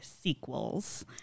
sequels